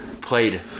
played